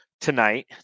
Tonight